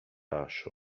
harsh